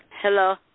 Hello